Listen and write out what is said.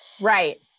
Right